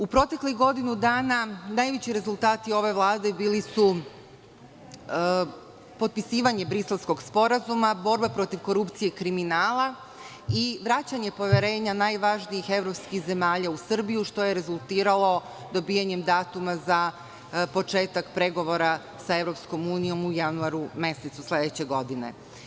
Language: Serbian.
U proteklih godinu dana najveći rezultati ove vlade bili su potpisivanje Briselskog sporazuma, borba protiv korupcije i kriminala i vraćanje poverenja najvažnijih evropskih zemalja u Srbiju, što je rezultiralo dobijanjem datuma za početak pregovora sa EU u januaru mesecu sledeće godine.